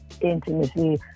intimacy